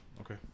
okay